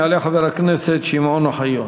יעלה חבר הכנסת שמעון אוחיון,